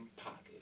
pocket